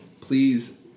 Please